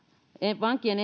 vankien